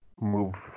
move